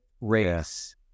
race